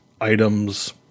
items